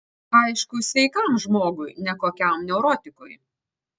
aišku sveikam žmogui ne kokiam neurotikui